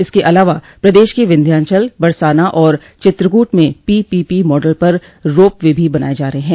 इसके अलावा प्रदेश के विन्ध्याचल बरसाना और चित्रकूट में पीपीपी मॉडल पर रोप वे भी बनाये जा रहे हैं